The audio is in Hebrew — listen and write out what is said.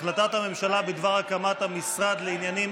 החלטת הממשלה בדבר הקמת המשרד לעניינים